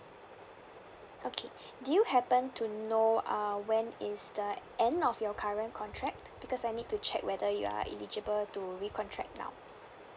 okay do you happen to know err when is the end of your current contract because I need to check whether you are eligible to recontract now